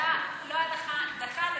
בוועדה לא הייתה לך דקה לדבר.